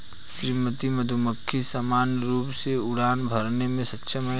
श्रमिक मधुमक्खी सामान्य रूप से उड़ान भरने में सक्षम हैं